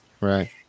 Right